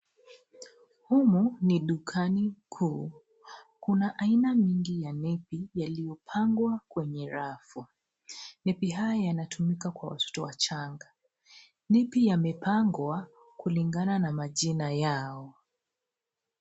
Humu ni dukani kuu. Kuna aina mingi ya nepi yaliyopangwa kwenye rafu. Nepi haya yanatumika kwa watoto wachanga. Nepi yamepangwa kulingana na majina yao.